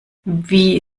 wie